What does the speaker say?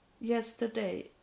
yesterday